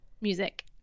Music